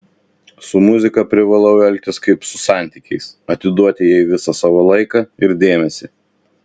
su muzika privalau elgtis kaip su santykiais atiduoti jai visą savo laiką ir dėmesį